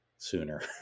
Sooner